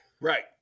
Right